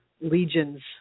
legions